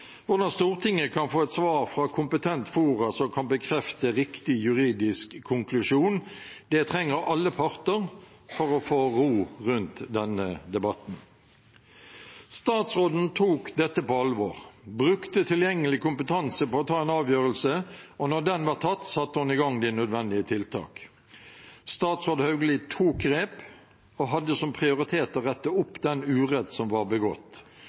hvordan Stortinget kan få et svar fra kompetente fora som kan bekrefte riktig juridisk konklusjon. Det trenger alle parter for å få ro rundt denne debatten. Statsråden tok dette på alvor og brukte tilgjengelig kompetanse på å ta en avgjørelse, og når den var tatt, satte hun i gang de nødvendige tiltak. Statsråd Hauglie tok grep og hadde som prioritet å rette opp den urett som var begått.